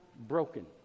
broken